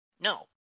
No